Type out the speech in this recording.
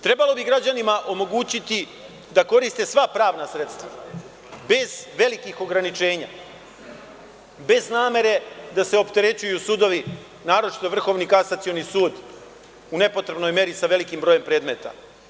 Trebalo bi građanima omogućiti da koriste sva pravna sredstva bez velikih ograničenja, bez namere da se opterećuju sudovi naročito vrhovni Kasacioni sud u nepotrebnoj meri sa velikim brojem predmeta.